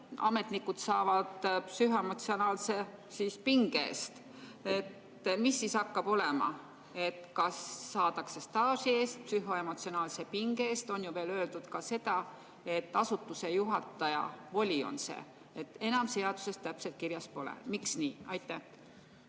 [neid päevi] psühhoemotsionaalse pinge eest. Mis siis hakkab olema, kas saadakse staaži eest või psühhoemotsionaalse pinge eest? On ju veel öeldud ka seda, et see on asutuse juhataja voli, et enam see seaduses täpselt kirjas pole. Miks nii? Aitäh!